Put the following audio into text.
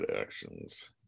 actions